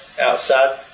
outside